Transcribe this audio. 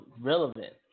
relevant